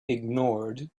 ignored